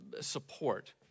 support